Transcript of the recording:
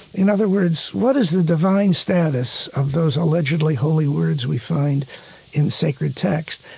in other words, what is the divine status of those allegedly holy words we find in sacred text?